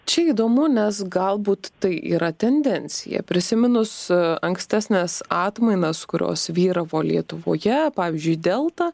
čia įdomu nes galbūt tai yra tendencija prisiminus ankstesnes atmainas kurios vyravo lietuvoje pavyzdžiui delta